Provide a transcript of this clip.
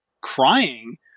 crying